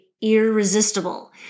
irresistible